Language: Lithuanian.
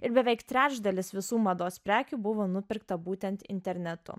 ir beveik trečdalis visų mados prekių buvo nupirkta būtent internetu